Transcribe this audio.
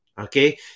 Okay